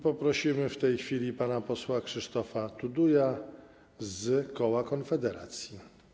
Prosimy w tej chwili pana posła Krzysztofa Tuduja z koła Konfederacji.